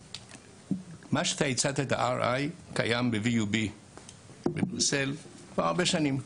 אתה הצעת את ה-RI והוא קיים ב-VUB בבריסל כבר הרבה שנים.